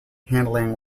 handling